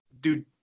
dude